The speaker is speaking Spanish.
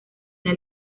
una